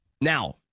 Now